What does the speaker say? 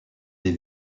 des